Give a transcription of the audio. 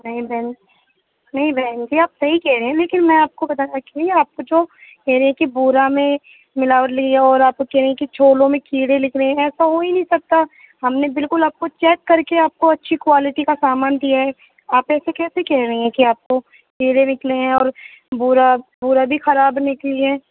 نہیں بہن نہیں بہن جی آپ صحیح کہہ رہی ہیں لیکن میں آپ کو بتا دیتی ہوں آپ کو جو کہہ رہی ہیں کہ بورا میں ملاوٹ لی ہے اور آپ کہہ رہی ہیں کہ چھولوں میں کیڑے نکلے ہیں ایسا ہو ہی نہیں سکتا ہے ہم نے بالکل کو آپ کو چیک کر کے آپ کو اچھی کوالٹی کا سامان دیا ہے آپ ایسے کیسے کہہ رہی ہیں کہ آپ کو کیڑے نکلے ہیں اور بورا بورا بھی خراب نکلی ہے